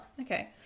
okay